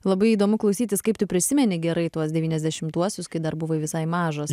labai įdomu klausytis kaip tu prisimeni gerai tuos devyniasdešimtuosius kai dar buvai visai mažas